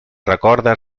recorda